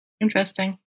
Interesting